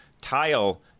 tile